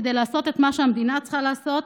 כדי לעשות את מה שהמדינה צריכה לעשות,